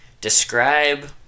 describe